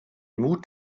mut